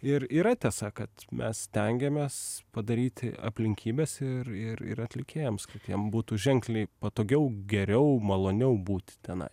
ir yra tiesa kad mes stengiamės padaryti aplinkybes ir ir ir atlikėjams kad jiem būtų ženkliai patogiau geriau maloniau būti tenai